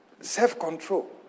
Self-control